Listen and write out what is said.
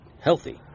healthy